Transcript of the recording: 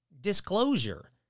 disclosure